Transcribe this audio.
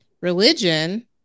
Religion